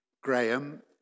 Graham